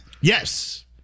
Yes